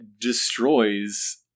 destroys